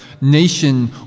Nation